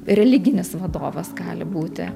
religinis vadovas gali būti